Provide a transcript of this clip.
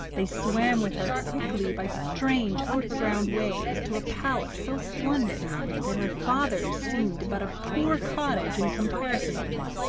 they swam with her quickly by strange underground ways to a palace so splendid that her father's seemed but a poor cottage in comparison with it,